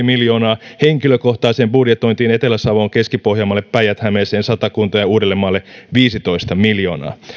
miljoonaa henkilökohtaiseen budjetointiin etelä savoon keski pohjanmaalle päijät hämeeseen satakuntaan ja uudellemaalle viisitoista miljoonaa